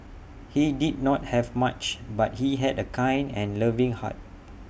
he did not have much but he had A kind and loving heart